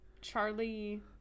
Charlie